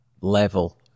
level